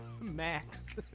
Max